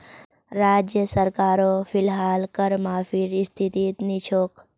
राज्य सरकारो फिलहाल कर माफीर स्थितित नी छोक